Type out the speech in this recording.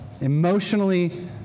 Emotionally